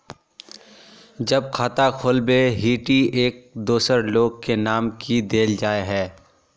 जब खाता खोलबे ही टी एक दोसर लोग के नाम की देल जाए है?